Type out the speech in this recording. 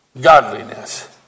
godliness